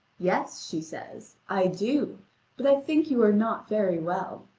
yes, she says, i do but i think you are not very well.